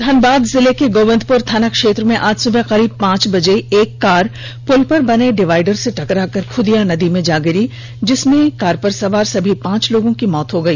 धनबाद जिले के गोविन्दपुर थाना क्षेत्र में आज सुबह करीब पांच बजे एक कार पुल पर बने डिवाइडर से टकराकर खुदिया नदी में जा गिरी जिसमें कार सवार सभी पांच लोगों की मौत हो गई